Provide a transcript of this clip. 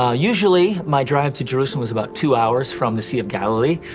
ah usually my drive to jerusalem is about two hours from the sea of galilee,